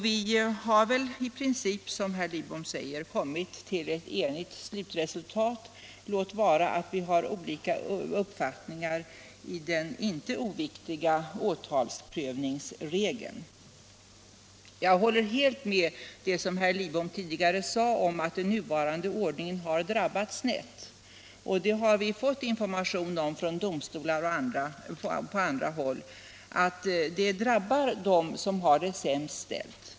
Vi har i princip, som herr Lidbom säger, kommit till ett enigt slutresultat, låt vara att vi har olika uppfattningar i den inte oviktiga åtalsprövningsregeln. Jag håller helt med om det som herr Lidbom tidigare sade, att den nuvarande ordningen har drabbat snett, och det har vi fått information om från domstolar och från andra håll — att det drabbar dem som har det sämst ställt.